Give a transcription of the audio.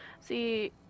See